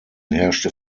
herrschte